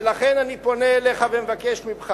ולכן אני פונה אליך ומבקש ממך: